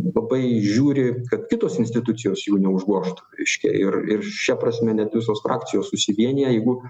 labai žiūri kad kitos institucijos jų neužgožtų reiškia ir šia prasme net visos frakcijos susivienija jeigu